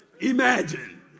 Imagine